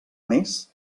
més